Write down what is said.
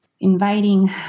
inviting